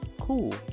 Cool